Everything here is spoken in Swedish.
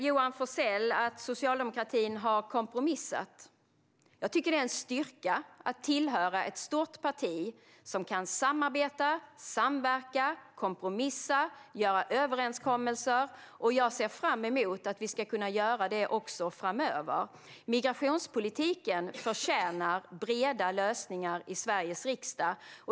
Johan Forssell säger att socialdemokratin har kompromissat. Jag tycker att det är en styrka att tillhöra ett stort parti som kan samarbeta, samverka, kompromissa och göra överenskommelser. Jag ser fram emot att vi ska kunna göra detta också framöver. Migrationspolitiken förtjänar breda lösningar i Sveriges riksdag.